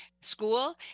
school